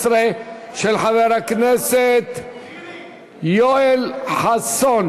ההצעה תועבר לדיון בוועדת העבודה והרווחה,